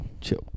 chill